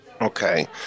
Okay